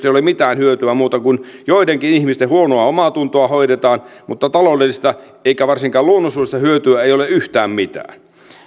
ei ole mitään hyötyä muuta kuin että joidenkin ihmisten huonoa omaatuntoa hoidetaan mutta ei taloudellista eikä varsinkaan luonnonsuojelullista hyötyä ole yhtään mitään